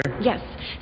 Yes